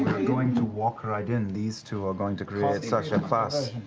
going to walk right in. these two are going to create such a fuss.